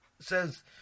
says